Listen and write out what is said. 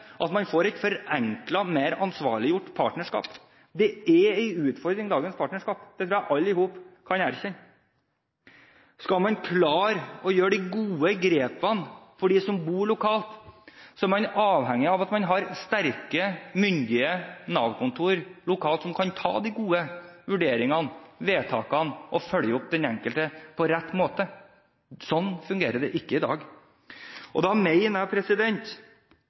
at man får et forenklet og mer ansvarliggjort partnerskap. Det er en utfordring med dagens partnerskap, det tror jeg alle sammen kan erkjenne. Skal man klare å gjøre de gode grepene for dem som bor lokalt, er man avhengig av at man har sterke, myndige Nav-kontor lokalt som kan ta de gode vurderingene, fatte vedtak og følge opp den enkelte på rett måte. Slik fungerer det ikke i dag. Da mener jeg